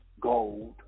gold